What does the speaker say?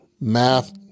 math